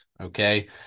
okay